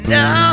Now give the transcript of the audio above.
no